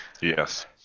Yes